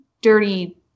dirty